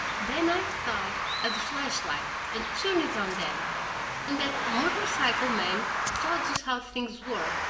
then i thought of the flash-light, and turned it on them and that motor-cycle man saw just how things were,